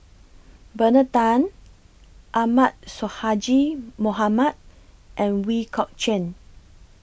Bernard Tan Ahmad Sonhadji Mohamad and We Kok Chuen